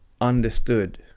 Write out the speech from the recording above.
understood